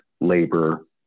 labor